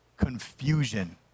confusion